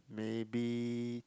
maybe